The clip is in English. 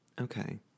Okay